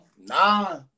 nah